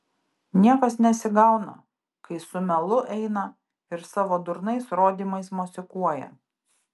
niekas nesigauna kai su melu eina ir savo durnais rodymais mosikuoja